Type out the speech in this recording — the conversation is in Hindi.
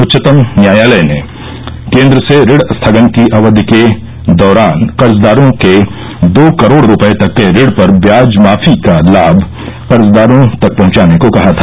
उच्चतम न्यायालय ने केंद्र से ऋण स्थगन की अवधि के दौरान कर्जदारों के दो करोड़ रुपए तक के ऋण पर ब्याज माफी का लाभ कर्जदारों तक पहुंचाने को कहा था